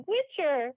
Witcher